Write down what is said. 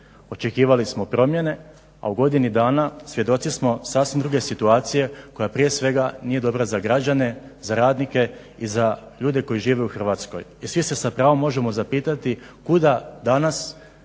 Očekivali smo promjene a u godini dana svjedoci smo sasvim druge situacije koja prije svega nije dobra za građane, za radnike i za ljude koji žive u Hrvatskoj. I svi se sa pravom možemo zapitati kuda danas